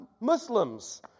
Muslims